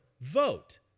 vote